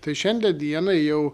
tai šiandien dienai jau